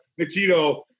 Nikito